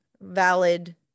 valid